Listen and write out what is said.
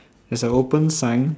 there's a open sign